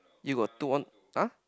you got two on !huh!